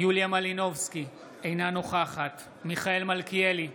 יוליה מלינובסקי, אינה נוכחת מיכאל מלכיאלי,